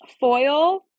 Foil